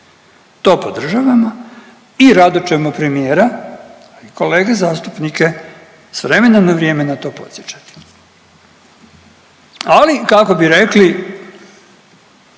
To podržavamo i rado ćemo premijera i kolege zastupnike s vremena na vrijeme na to podsjećati. Ali kako bi rekli